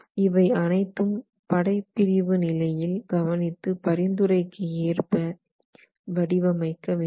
இவை அனைத்தும் படைப்பிரிவு நிலையில் கவனித்து பரிந்துரைக்கு ஏற்ப வடிவமைக்க வேண்டும்